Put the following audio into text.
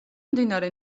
მდინარე